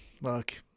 look